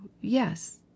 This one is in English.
yes